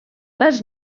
les